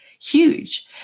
huge